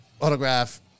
autograph